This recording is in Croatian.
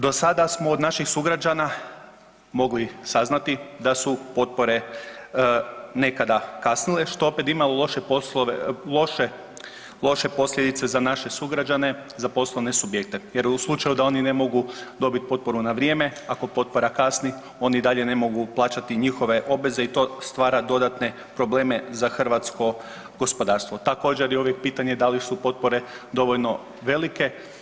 Do sada smo od naših sugrađana mogli saznati da su potpore nekada kasnile što opet ima loše posljedice za naše sugrađane, za poslovne subjekte jer u slučaju da oni ne mogu dobiti potporu na vrijeme, ako potpora kasni oni i dalje ne mogu plaćati njihove obveze i to stvara dodatne probleme za hrvatsko gospodarstvo, također i pitanje da li su potpore dovoljno velike.